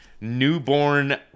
newborn